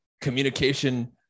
communication